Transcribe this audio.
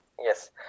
Yes